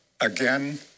again